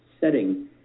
setting